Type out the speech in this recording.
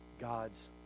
God's